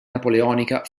napoleonica